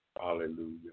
Hallelujah